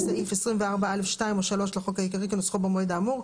סעיף 24(א)(2) או (3) לחוק העיקרי כנוסחו במועד האמור,